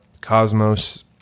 cosmos